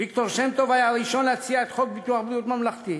ויקטור שם-טוב היה הראשון שהציע את חוק ביטוח בריאות ממלכתי,